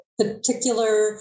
particular